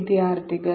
വിദ്യാർത്ഥികൾ